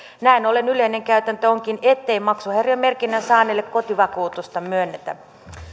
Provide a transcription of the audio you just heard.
näin ollen yleinen käytäntö onkin ettei maksuhäiriömerkinnän saaneelle kotivakuutusta myönnetä